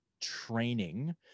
training